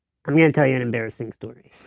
i'm going to tell you an embarrassing story